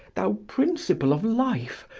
thou principle of life!